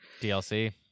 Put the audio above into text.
DLC